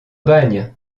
bagne